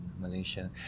Malaysia